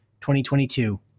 2022